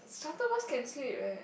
shuttle bus can sit right